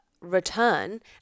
return